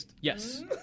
Yes